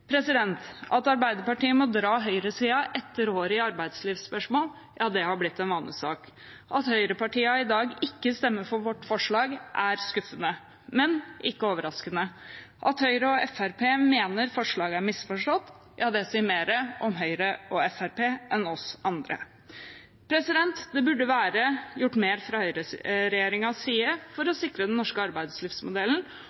At Arbeiderpartiet må dra høyresiden etter håret i arbeidslivsspørsmål, har blitt en vanesak. At høyrepartiene i dag ikke stemmer for vårt forslag, er skuffende, men ikke overraskende. At Høyre og Fremskrittspartiet mener forslaget er misforstått, sier mer om Høyre og Fremskrittspartiet enn oss andre. Det burde være gjort mer fra høyreregjeringens side for å